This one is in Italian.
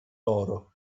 loro